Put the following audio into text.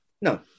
no